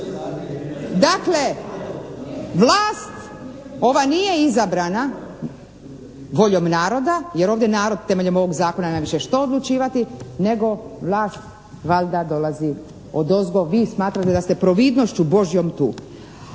Dakle vlast ova nije izabrana voljom naroda jer ovdje narod temeljem ovog zakona nema više što odlučivati nego vlast valjda dolazi odozgo. Vi smatrate da ste providnošću Božjom tu.